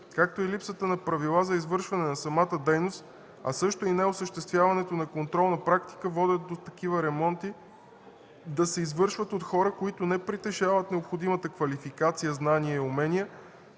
както и липсата на правила за извършване на самата дейност, а също и неосъществяването на контрол, на практика водят до това, такива ремонти да се извършват от хора, които не притежават необходимата квалификация, знания и умения